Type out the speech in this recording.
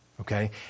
Okay